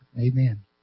Amen